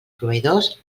proveïdors